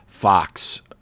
Fox